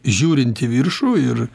žiūrint į viršų ir